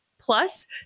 Plus